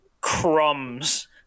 crumbs